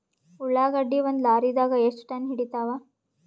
ಉಳ್ಳಾಗಡ್ಡಿ ಒಂದ ಲಾರಿದಾಗ ಎಷ್ಟ ಟನ್ ಹಿಡಿತ್ತಾವ?